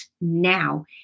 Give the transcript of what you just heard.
now